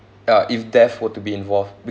ya if death were to be involved